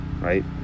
right